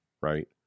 Right